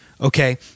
Okay